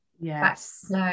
yes